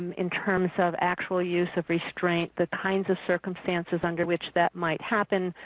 in terms of actual use of restraint, the kinds of circumstances under which that might happen,